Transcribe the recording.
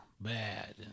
bad